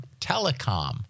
telecom